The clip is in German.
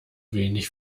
wenig